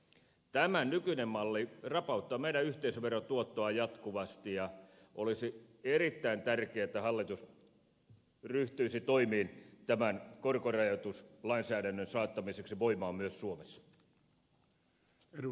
tämä nykyinen malli rapauttaa meidän yhteisöveron tuottoa jatkuvasti ja olisi erittäin tärkeää että hallitus ryhtyisi toimiin tämän korkorajoituslainsäädännön saattamiseksi voimaan myös suomessa